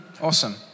Awesome